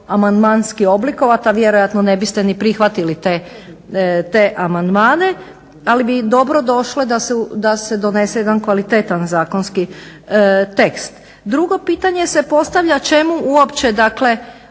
amandmanski oblikovati, a vjerojatno ne biste ni prihvatili te amandmane, ali bi dobro došlo da se donese jedan kvalitetan zakonski tekst. Drugo pitanje se postavlja čemu uopće ova